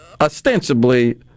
ostensibly